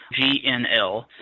GNL